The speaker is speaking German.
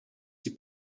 die